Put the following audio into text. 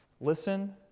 listen